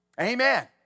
Amen